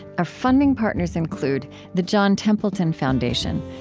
our funding partners include the john templeton foundation.